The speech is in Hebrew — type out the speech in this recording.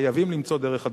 למצוא דרך חדשה.